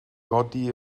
godi